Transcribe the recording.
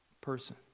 person